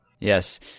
Yes